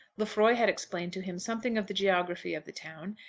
lefroy had explained to him something of the geography of the town,